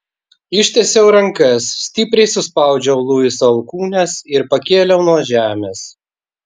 ištiesiau rankas stipriai suspaudžiau luiso alkūnes ir pakėliau nuo žemės